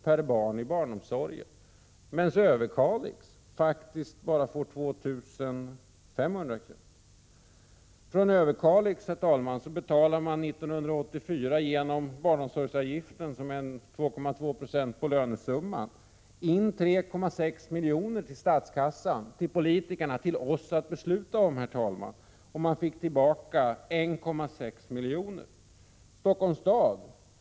per barn i barnomsorgen, medan Överkalix bara får 2 500 kr. Överkalix betalade 1984 genom barnomsorgsavgiften, som är 2,2 Ze på lönesumman, in 3,6 miljoner till statskassan, till oss politiker att besluta om, och kommunen fick tillbaka 1,6 miljoner.